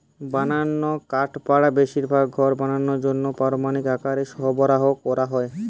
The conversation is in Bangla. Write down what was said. বানানা কাঠপাটা বেশিরভাগ ঘর বানানার জন্যে প্রামাণিক আকারে সরবরাহ কোরা হয়